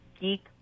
geek